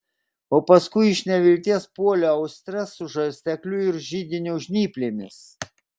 o paskui iš nevilties puolė austres su žarstekliu ir židinio žnyplėmis